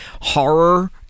horror